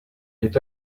est